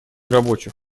рабочих